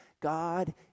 God